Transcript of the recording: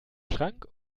schrank